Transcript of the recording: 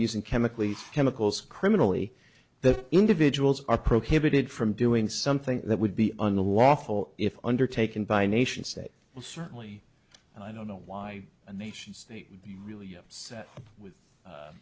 using chemically chemicals criminally the individuals are prohibited from doing something that would be unlawful if undertaken by nation state well certainly and i don't know why a nation state would be really upset with